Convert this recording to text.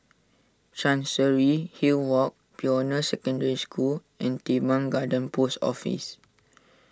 Chancery Hill Walk Pioneer Secondary School and Teban Garden Post Office